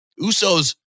Usos